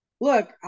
Look